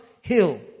hill